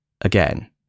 again